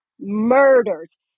murders